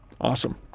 Awesome